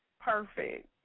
Perfect